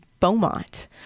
Beaumont